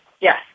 Yes